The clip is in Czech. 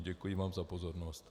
Děkuji vám za pozornost.